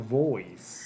voice